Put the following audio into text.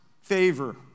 favor